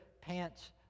pants